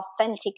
authentic